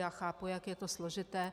Já chápu, jak je to složité.